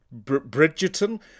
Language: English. Bridgerton